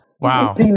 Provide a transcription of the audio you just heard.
Wow